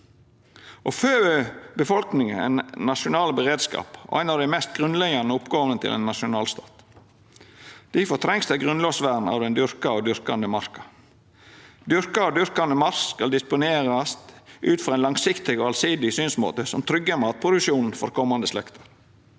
fø befolkninga er ein nasjonal beredskap og ei av dei mest grunnleggjande oppgåvene til ein nasjonalstat. Difor trengst det eit grunnlovsvern av den dyrka og dyrkande marka. Dyrka og dyrkande mark skal disponerast ut frå ein langsiktig og allsidig synsmåte som tryggjer matproduksjonen for komande slekter.